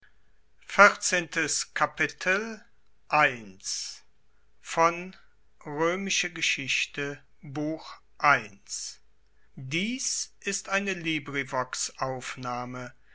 dies ist die